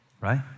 right